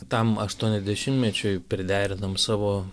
tam aštuoniasdešimtmečiui priderinom savo